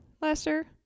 Lester